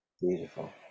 Beautiful